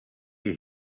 you